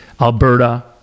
Alberta